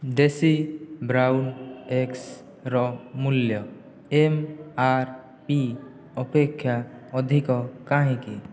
ଦେଶୀ ବ୍ରାଉନ୍ ଏଗ୍ସ୍ର ମୂଲ୍ୟ ଏମ୍ ଆର୍ ପି ଅପେକ୍ଷା ଅଧିକ କାହିଁକି